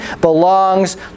belongs